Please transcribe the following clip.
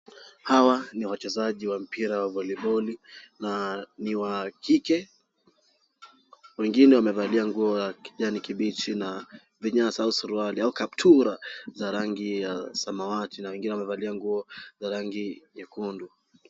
Hawa ni wachezaji wa mpira wa voliboli na ni wa kike, wengine wamevalia nguo za kijani kibichi na vinyasa usuru wale au kaptura za rangi ya samawati na wengine wamevalia nguo za rangi nyekundu.